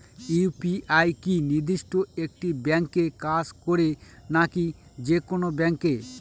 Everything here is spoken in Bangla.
ইউ.পি.আই কি নির্দিষ্ট একটি ব্যাংকে কাজ করে নাকি যে কোনো ব্যাংকে?